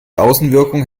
außenwirkung